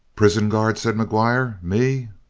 prison-guard? said mcguire. me?